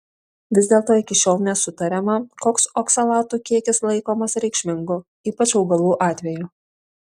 vis dėlto iki šiol nesutariama koks oksalatų kiekis laikomas reikšmingu ypač augalų atveju